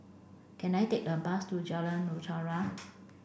can I take a bus to Jalan Mutiara